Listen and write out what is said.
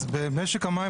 אז במשק המים,